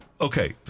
okay